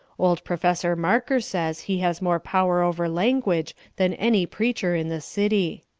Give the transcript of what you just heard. old professor marker says he has more power over language than any preacher in the city.